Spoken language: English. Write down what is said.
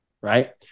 Right